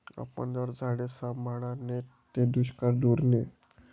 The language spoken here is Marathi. आपन जर झाडे सांभाळा नैत ते दुष्काळ दूर नै